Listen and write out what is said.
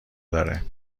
داره